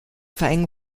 verhängen